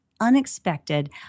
unexpected